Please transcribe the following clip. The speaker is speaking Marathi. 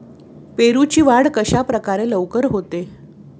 पेरूची वाढ कशाप्रकारे लवकर होते?